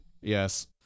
Yes